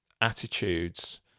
attitudes